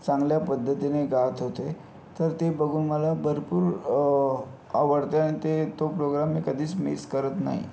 चांगल्या पद्धतीने गात होते तर ते बघून मला भरपूर आवडते आणि ते तो प्रोग्राम मी कधीच मिस करत नाही